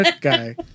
guy